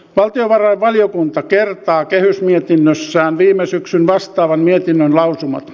valtiovarainvaliokunta kertaa kehysmietinnössään viime syksyn vastaavan mietinnön lausumat